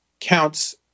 counts